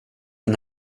den